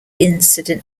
incident